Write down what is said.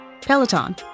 Peloton